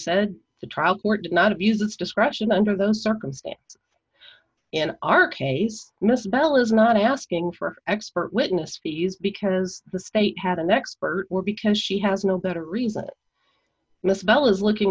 did not abuse its discretion under those circumstances and our case mr bell is not asking for expert witness fees because the state had an expert or because she has no better reason miss bell is looking